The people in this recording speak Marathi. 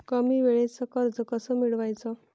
कमी वेळचं कर्ज कस मिळवाचं?